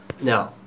Now